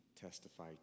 testify